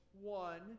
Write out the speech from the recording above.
one